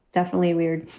definitely weird